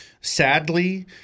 sadly